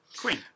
Queen